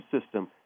system